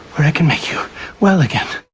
where i can make you well again.